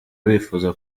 bifuza